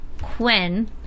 Quinn